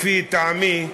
לפי טעמי.